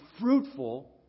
fruitful